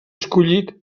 escollit